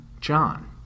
John